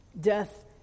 death